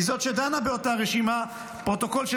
היא זו שדנה באותה רשימה: פרוטוקול של